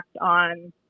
on